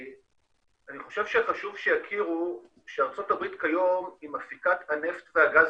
אני חושב שחשוב שיכירו שארצות הברית כיום היא מפיקת הנפט והגז